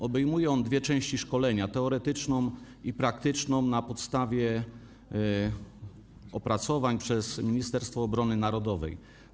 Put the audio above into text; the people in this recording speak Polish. Obejmuje on dwie części szkolenia, teoretyczną i praktyczną, na podstawie opracowań przygotowanych przez Ministerstwo Obrony Narodowej.